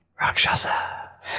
Rakshasa